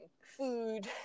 food